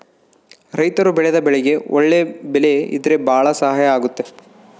ರೈತರು ಬೆಳೆದ ಬೆಳೆಗೆ ಒಳ್ಳೆ ಬೆಲೆ ಇದ್ರೆ ಭಾಳ ಸಹಾಯ ಆಗುತ್ತೆ